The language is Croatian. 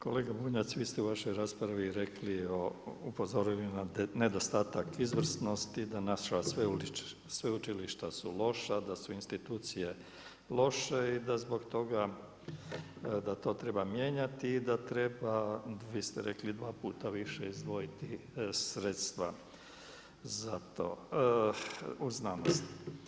Kolega Bunjac, vi ste u vašoj raspravi rekli o, upozorili na nedostatak izvrsnosti, da naša sveučilišta su loša, da su institucije loše i da zbog toga, da to treba mijenjati i da treba, vi ste rekli dva puta više izdvojiti sredstva za to u znanosti.